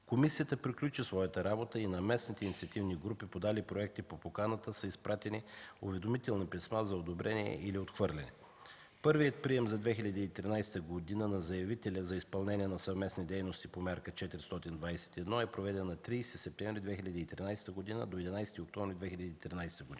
Комисията приключи своята работа и на местните инициативни групи, подали проекти по поканата, са изпратени уведомителни писма за одобрение или отхвърляне. Първият прием за 2013 г. на заявителя за изпълнение на съвместни дейности по Мярка 421 е проведен на 30 септември 2013 г. до 11 октомври 2013 г.